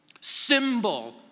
symbol